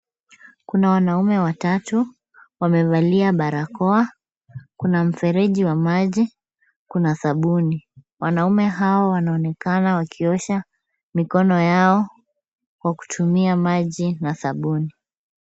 Kuna wanaume watatu, wamevalia barakoa, kuna mfereji wa maji, kuna sabuni. Wanaume hao wanaonekana wakiosha mikono yao kwa kutumia maji na sabuni.